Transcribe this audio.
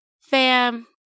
Fam